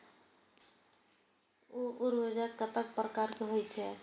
उर्वरक कतेक प्रकार के होई छै?